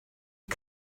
you